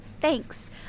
Thanks